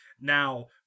Now